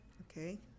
Okay